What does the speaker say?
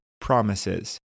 promises